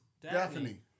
Daphne